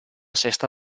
sesta